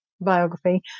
biography